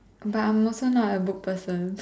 but I'm also not a book person